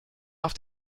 auf